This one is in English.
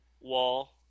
wall